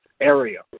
area